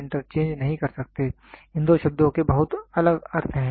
इन 2 शब्दों के बहुत अलग अर्थ हैं